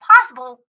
possible